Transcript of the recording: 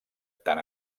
tan